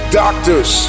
doctors